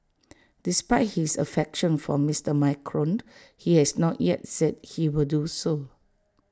despite his affection for Mister Macron he has not yet said he will do so